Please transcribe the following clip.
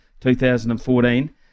2014